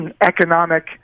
economic